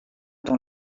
dans